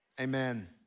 amen